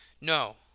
No